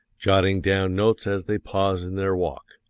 jotting down notes as they pause in their walk.